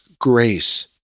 grace